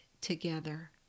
together